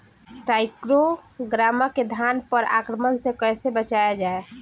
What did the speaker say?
टाइक्रोग्रामा के धान पर आक्रमण से कैसे बचाया जाए?